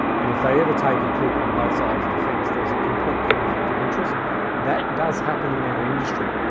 and if they ever take a clip on both sides of the fence, there's a complete conflict of interest that does happen in our industry.